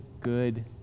good